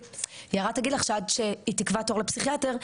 יערה תגיד לך שעד שהיא תקבע תור לפסיכיאטר,